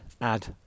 add